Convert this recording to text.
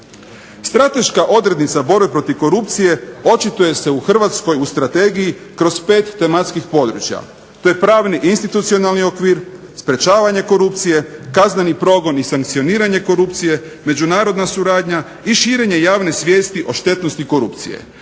Strateška odrednica borbe protiv korupcije očituje se u Hrvatskoj u Strategiji kroz pet tematskih područja. To je pravni i institucionalni okvir, sprječavanje korupcije, kazneni progon i sankcioniranje korupcije, međunarodna suradnja i širenje javne svijesti o štetnosti korupcije.